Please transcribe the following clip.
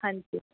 ਹਾਂਜੀ